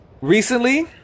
recently